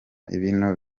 bino